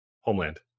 Homeland